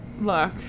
Look